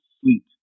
sleep